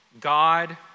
God